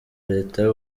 leta